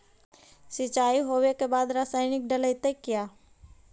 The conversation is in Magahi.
सीचाई हो बे के बाद रसायनिक डालयत किया?